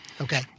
Okay